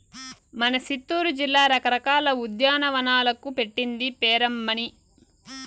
మన సిత్తూరు జిల్లా రకరకాల ఉద్యానవనాలకు పెట్టింది పేరమ్మన్నీ